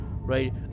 right